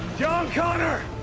john connor